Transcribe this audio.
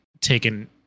taken